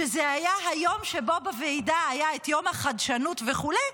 שזה היה היום שבו בוועידה היה יום החדשנות וכו',